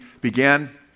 began